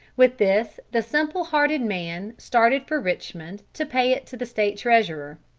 with this the simple-hearted man started for richmond to pay it to the state treasurer,